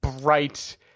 bright